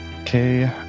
Okay